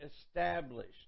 established